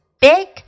big